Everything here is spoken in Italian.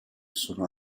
sono